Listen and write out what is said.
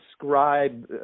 describe